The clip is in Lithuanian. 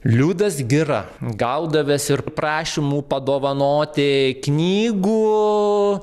liudas gira gaudavęs ir prašymų padovanoti knygų